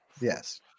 Yes